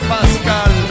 Pascal